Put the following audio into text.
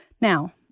Now